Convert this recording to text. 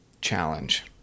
challenge